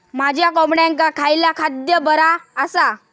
माझ्या कोंबड्यांका खयला खाद्य बरा आसा?